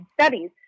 studies